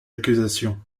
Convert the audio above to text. accusations